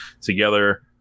together